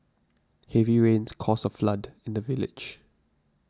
heavy rains caused a flood in the village